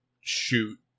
shoot